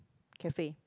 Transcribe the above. cafe